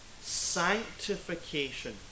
sanctification